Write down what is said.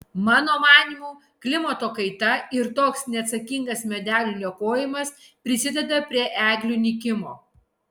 mano manymu klimato kaita ir toks neatsakingas medelių niokojimas prisideda prie eglių nykimo